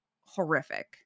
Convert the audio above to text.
horrific